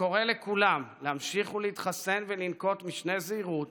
וקורא לכולם להמשיך ולהתחסן, לנקוט משנה זהירות